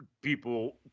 people